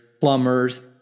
plumbers